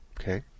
Okay